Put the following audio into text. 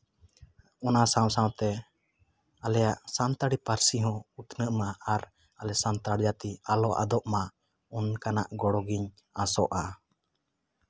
ᱚᱱᱟ ᱥᱟᱶ ᱥᱟᱶᱛᱮ ᱟᱞᱮᱭᱟᱜ ᱥᱟᱱᱛᱟᱲᱤ ᱯᱟᱹᱨᱥᱤ ᱦᱚᱸ ᱩᱛᱱᱟᱹᱜ ᱢᱟ ᱟᱨ ᱟᱞᱮ ᱥᱟᱱᱛᱟᱲ ᱡᱟᱹᱛᱤ ᱟᱞᱚ ᱟᱫᱚᱜ ᱢᱟ ᱚᱱᱠᱟᱱᱟᱜ ᱜᱚᱲᱚ ᱜᱮᱧ ᱟᱥᱚᱜᱼᱟ